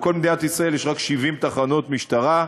בכל מדינת ישראל יש רק 70 תחנות משטרה,